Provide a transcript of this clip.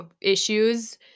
issues